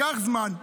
לקח זמן,